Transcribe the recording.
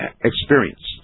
experienced